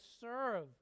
serve